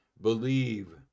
believe